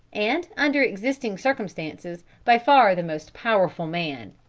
and, under existing circumstances, by far the most powerful man.